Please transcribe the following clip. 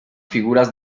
figuras